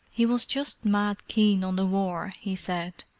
he was just mad keen on the war, he said.